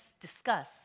discuss